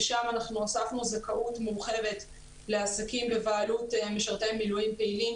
ושם הוספנו זכאות מורחבת לעסקים בבעלות משרתי מילואים פעילים,